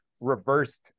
reversed